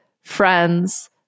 friends